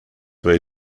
way